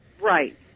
Right